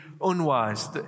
unwise